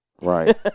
Right